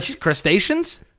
crustaceans